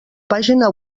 pàgina